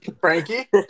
Frankie